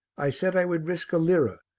i said i would risk a lira,